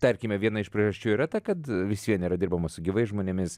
tarkime viena iš priežasčių yra ta kad vis vien yra dirbama su gyvais žmonėmis